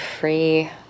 free